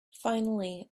finally